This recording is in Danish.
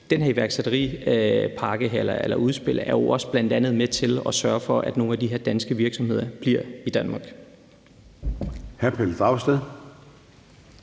Det her iværksætteriudspil er jo bl.a. også med til at sørge for, at nogle af de her danske virksomheder bliver i Danmark.